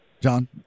John